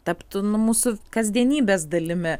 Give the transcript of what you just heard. taptų nu mūsų kasdienybės dalimi